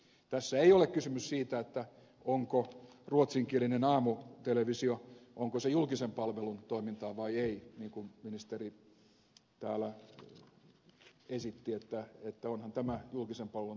tässä ei ole kysymys siitä onko ruotsinkielinen aamutelevisio julkisen palvelun toimintaa vai ei niin kuin ministeri täällä esitti että onhan tämä julkisen palvelun toimintaa